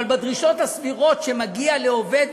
אבל בדרישות הסבירות שמגיעות לעובד,